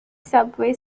subway